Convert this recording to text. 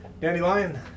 Dandelion